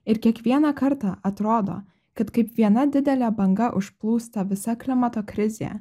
ir kiekvieną kartą atrodo kad kaip viena didelė banga užplūsta visa klimato krizė